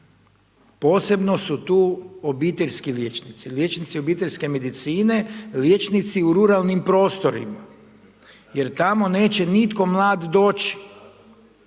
Posebno su tu obiteljski liječnici, liječnici obiteljske medicine, liječnici u ruralnim prostorima jer tamo neće nitko mlad doći.